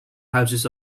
houses